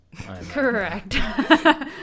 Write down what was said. Correct